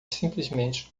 simplesmente